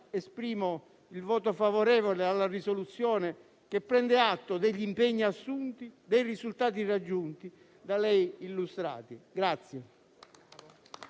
esprimo il voto favorevole alla risoluzione n. 3, che prende atto degli impegni assunti e dei risultati raggiunti da lei illustrati.